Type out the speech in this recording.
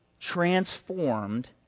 transformed